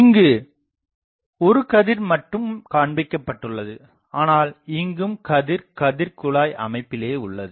இங்கு ஒரு கதிர் மட்டும் காண்பிக்கப்பட்டுள்ளது ஆனால் இங்கும் கதிர் கதிர்குழாய் அமைப்பிலேயே உள்ளது